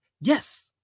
Yes